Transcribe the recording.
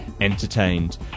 entertained